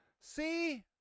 See